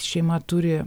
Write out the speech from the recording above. šeima turi